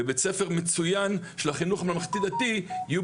ובית ספר מצויין של החינוך הממלכתי דתי יהיו